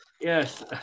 Yes